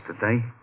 today